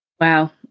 Wow